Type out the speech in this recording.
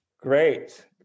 great